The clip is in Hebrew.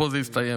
פה זה הסתיים.